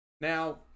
Now